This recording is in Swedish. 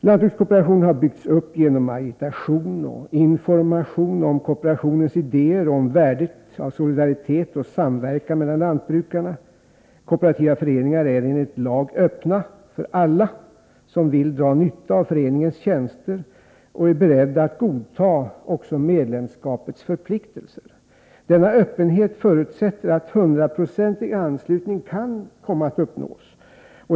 Lantbrukskooperationen har byggts upp genom agitation och information om kooperationens idéer och om värdet av solidaritet och samverkan mellan lantbrukarna. Kooperativa föreningar är enligt lag öppna för alla som vill dra nytta av föreningens tjänster och som är beredda att godta medlemskapets förpliktelser. Denna öppenhet förutsätter att 100-procentig anslutning kan uppnås.